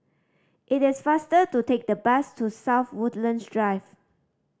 it is faster to take the bus to South Woodlands Drive